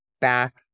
back